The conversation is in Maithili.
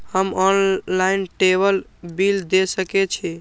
हम ऑनलाईनटेबल बील दे सके छी?